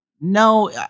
No